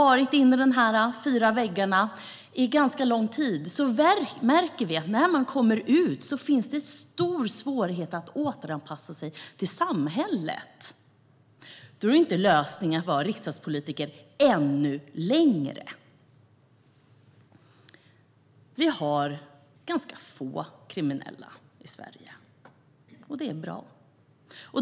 Vi märker att den som har varit inom dessa fyra väggar under ganska lång tid och sedan kommer ut har stor svårighet att återanpassa sig till samhället. Då är ju inte lösningen att vara riksdagspolitiker ännu längre. Vi har ganska få kriminella i Sverige, och det är bra.